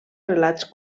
relats